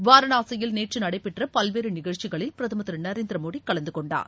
வாரனாசியில் நேற்று நடைபெற்ற பல்வேறு நிகழ்ச்சிகளில் பிரதமர் திரு நரேந்திர மோடி கலந்து கொண்டார்